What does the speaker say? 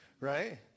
right